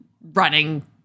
running